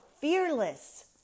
fearless